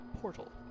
portal